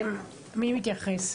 מי מתייחס